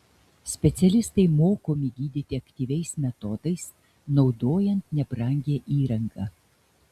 specialistai mokomi gydyti aktyviais metodais naudojant nebrangią įrangą